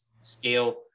scale